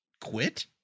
quit